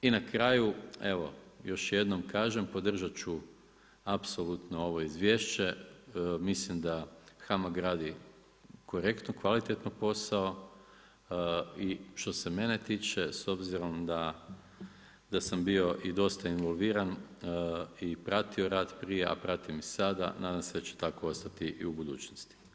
I na kraju još jednom kažem, podržati ću apsolutno ovo izvješće, mislim da HAMAG radi korektno i kvalitetno posao, i što se mene tiče s obzirom da sam bio i dosta involviran i pratio rad prije, a pratim i sada, nadam se da će tak ostati i u budućnosti.